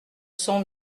sont